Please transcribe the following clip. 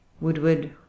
Woodward